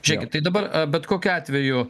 žėkit tai dabar bet kokiu atveju